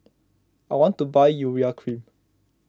I want to buy Urea Cream